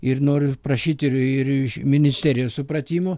ir noriu prašyti ir ir iš ministerijos supratimo